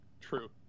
True